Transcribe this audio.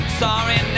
sorry